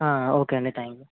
okay అండి thank you